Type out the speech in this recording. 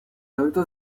acto